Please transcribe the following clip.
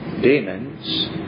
demons